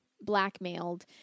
blackmailed